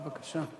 בבקשה.